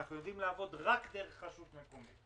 אנחנו יודעים לעבוד רק דרך רשות מקומית.